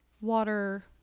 water